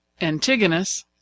Antigonus